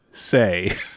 say